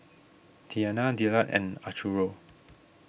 Tianna Dillard and Arturo